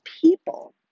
people